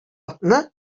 атны